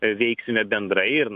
veiksime bendrai ir